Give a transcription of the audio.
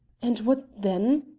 and what then?